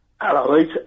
Hello